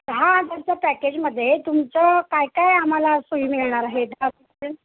दहा हजारचं पॅकेजमध्ये तुमचं काय काय आम्हाला सोयी मिळणार आहेत